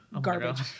garbage